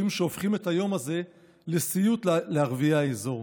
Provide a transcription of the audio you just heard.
שהופכים את היום הזה לסיוט לערביי האזור.